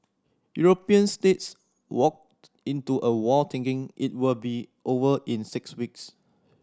European states walked into a war thinking it will be over in six weeks